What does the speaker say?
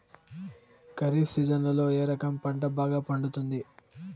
ఖరీఫ్ సీజన్లలో ఏ రకం పంట బాగా పండుతుంది